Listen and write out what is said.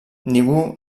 ningú